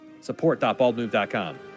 support.baldmove.com